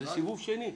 זה סיבוב שני.